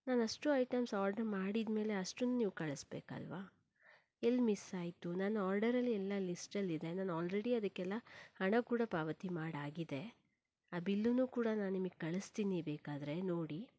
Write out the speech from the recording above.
ನಾನು ಅಷ್ಟೂ items order ಮಾಡಿದ ಮೇಲೆ ಅಷ್ಟುನ್ನೂ ನೀವು ಕಳಿಸ್ಬೇಕಲ್ಲವಾ ಎಲ್ಲಿ ಮಿಸ್ಸಾಯಿತು ನನ್ನ ಆರ್ಡರಲ್ಲಿ ಎಲ್ಲ ಲಿಸ್ಟಲ್ಲಿದೆ ನಾನು ಆಲ್ರೆಡಿ ಅದಕ್ಕೆಲ್ಲ ಹಣ ಕೂಡ ಪಾವತಿ ಮಾಡಾಗಿದೆ ಆ ಬಿಲ್ಲುನ್ನೂ ಕೂಡ ನಾನು ನಿಮಗೆ ಕಳಸ್ತೀನಿ ಬೇಕಾದರೆ ನೋಡಿ